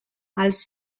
els